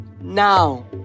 Now